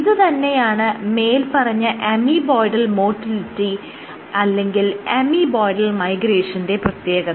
ഇത് തന്നെയാണ് മേല്പറഞ്ഞ അമീബോയ്ഡൽ മോട്ടിലിറ്റി അല്ലെങ്കിൽ അമീബോയ്ഡൽ മൈഗ്രേഷന്റെ പ്രത്യേകത